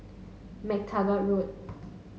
Mac Taggart Road